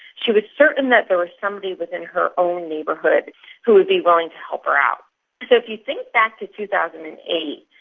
she was certain that there was somebody within her own neighbourhood who would be willing to help her out. so if you think back to two thousand and eight,